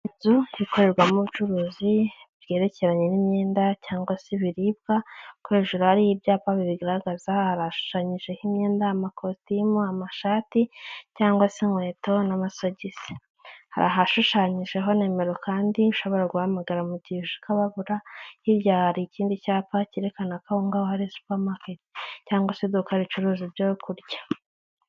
Inzu ikorerwamo ubucuruzi byerekeranye n'imyenda, cyangwa se ibiribwa, kuko hejuru hari y'ibyapa bibigaragaza, hashushanyijeho imyenda, amakositimu, amashati, cyangwa se inkweto n'amasogisi, hari ahashushanyijeho nimero kandi ushobora guhamagara mu gihe uje ukababura, hirya hari ikindi cyapa cyerekana ko ahongaho hari supermarket, cyangwa se iduka ricuruza ibyo kurya.